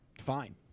fine